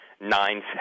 nine